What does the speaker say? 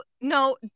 No